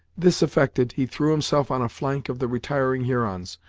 this effected, he threw himself on a flank of the retiring hurons,